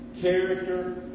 character